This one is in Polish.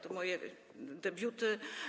To moje debiuty.